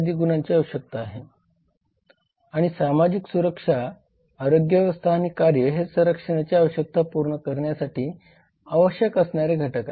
गुणांची आवश्यकता आहे आणि सामाजिक सुरक्षा आरोग्य व्यवस्था आणि कार्य हे संरक्षणाची आवश्यकता पूर्ण करण्यासाठी आवश्यक असणारे घटक आहेत